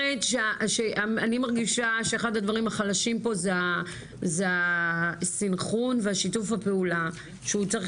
אני מרגישה שאחד הדברים החלשים פה זה הסנכרון ושיתוף הפעולה שהוא צריך